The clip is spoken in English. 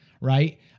Right